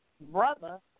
brother